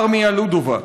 הארמייה לודובה.